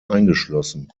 eingeschlossen